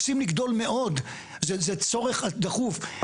רוצים לגדול מאוד, זה צורך דחוף.